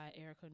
Erica